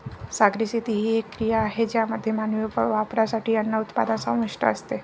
सागरी शेती ही एक क्रिया आहे ज्यामध्ये मानवी वापरासाठी अन्न उत्पादन समाविष्ट असते